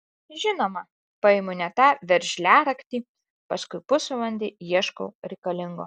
žinoma paimu ne tą veržliaraktį paskui pusvalandį ieškau reikalingo